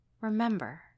Remember